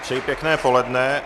Přeji pěkné poledne.